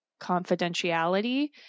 confidentiality